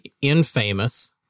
infamous